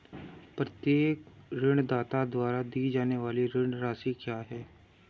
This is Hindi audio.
प्रत्येक ऋणदाता द्वारा दी जाने वाली ऋण राशि क्या है?